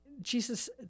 Jesus